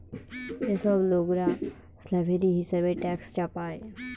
যে সব লোকরা স্ল্যাভেরি হিসেবে ট্যাক্স চাপায়